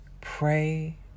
pray